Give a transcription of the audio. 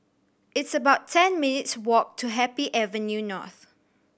it's about ten minutes' walk to Happy Avenue North